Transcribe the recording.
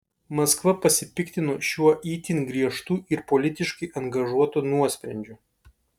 maskva pasipiktino šiuo itin griežtu ir politiškai angažuotu nuosprendžiu